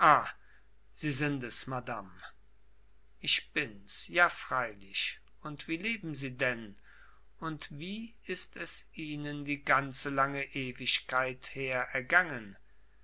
sie es madame ich bins ja freilich und wie leben sie denn und wie ist es ihnen die ganze lange ewigkeit her ergangen